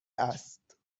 است